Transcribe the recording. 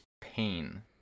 pain